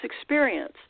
experience